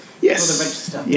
Yes